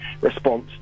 response